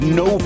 no